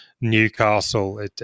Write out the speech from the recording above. Newcastle